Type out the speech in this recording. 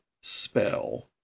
spell